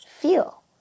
feel